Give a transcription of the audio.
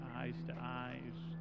eyes-to-eyes